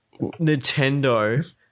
Nintendo